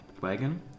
wagon